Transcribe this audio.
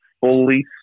fully